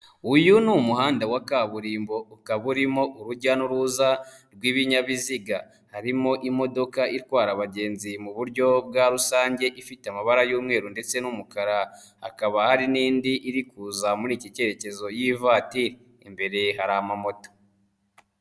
Uyu ni umuhanda wa kaburimbo ukaba urimo urujya n'uruza rw'ibinyabiziga, harimo imodoka itwara abagenzi mu buryo bwa rusange ifite amabara y'umweru ndetse n'umukara hakaba hari n'indi iri kuza muri iki cyerekezo y'ivatiri, imbere hari amamota.